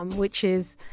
um which is.